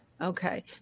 Okay